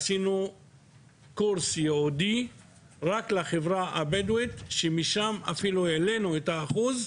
עשינו קורס ייעודי רק לחברה הבדואית והעלנו את האחוז,